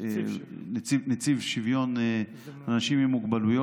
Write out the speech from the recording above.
נציב שוויון לאנשים עם מוגבלויות.